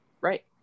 right